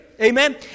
Amen